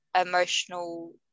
emotional